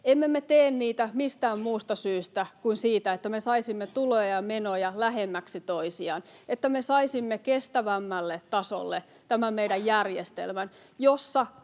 Emme me tee niitä mistään muusta syystä kuin siitä, että me saisimme tuloja ja menoja lähemmäksi toisiaan, että me saisimme kestävämmälle tasolle tämän meidän järjestelmän, jossa